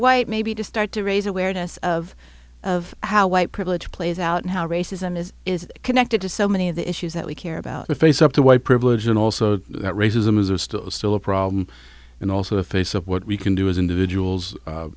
white maybe to start to raise awareness of of how white privilege plays out and how racism is is connected to so many of the issues that we care about to face up to white privilege and also that racism is still still a problem and also the face of what we can do as individuals